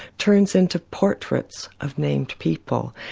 turns into portraits of named people.